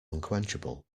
unquenchable